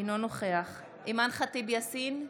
אינו נוכח אימאן ח'טיב יאסין,